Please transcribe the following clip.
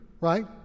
right